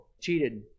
cheated